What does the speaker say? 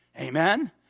Amen